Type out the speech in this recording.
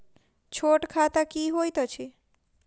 छोट खाता की होइत अछि